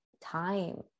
time